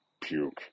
puke